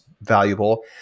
valuable